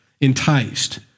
enticed